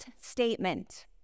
statement